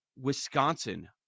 Wisconsin